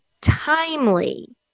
timely